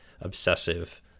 obsessive